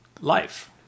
life